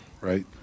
right